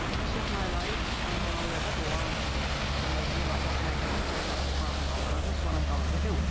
this is my life, i'm going to live it. or or maybe, if i don't make it okay, this is where i'm going. ah this is what i'm going to do.